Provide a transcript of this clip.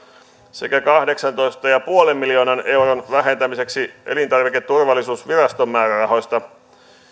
sekä kahdeksantoista pilkku viiden miljoonan euron vähentämiseksi elintarviketurvallisuusviraston määrärahoista